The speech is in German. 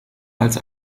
als